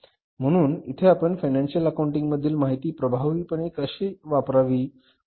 म्हणून इथे आपण फायनान्शिअल अकाउंटिंग मधील माहिती प्रभावीपणे वापरावी कशी